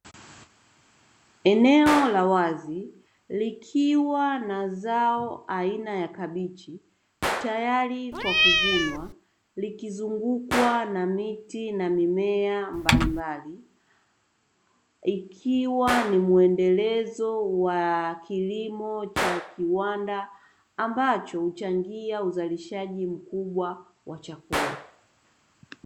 Eneo la wazi likiwa na zao aina ya kabichi, tayari kwa kuvunwa. Likizungukwa na miti na mimea mbalimbali, ikiwa ni muendelezo wa kilimo cha kiwanda, ambacho huchangia uzalishaji mkubwa wa chakula.